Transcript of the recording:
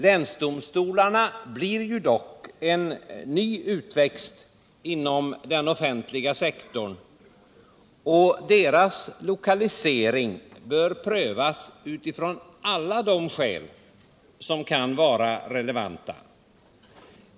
Länsdomstolarna blir dock en ny utväxt inom den offentliga sektorn, och deras lokalisering bör prövas med hänsyn till alla de skäl som kan vara relevanta.